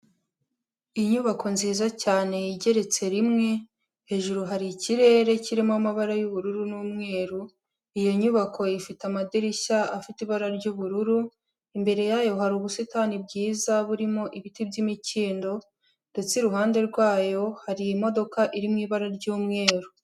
Inyubako nziza cyane igeretse rimwe, hejuru hari ikirere kirimo amabara y'ubururu n'umweru, iyo nyubako ifite amadirishya afite ibara ry'ubururu, imbere yayo hari ubusitani bwiza burimo ibiti by'imikindo ndetse iruhande rwayo hari imodoka iri mu ibara ry'umweru.